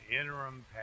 interim